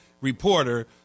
reporter